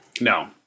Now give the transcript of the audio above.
no